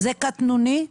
זה קטנוני.